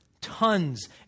Tons